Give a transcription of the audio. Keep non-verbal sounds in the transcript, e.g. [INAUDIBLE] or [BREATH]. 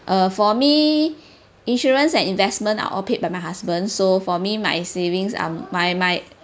uh for me [BREATH] insurance and investments are all paid by my husband so for me my savings are my my